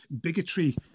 bigotry